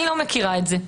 אני לא מכירה את זה.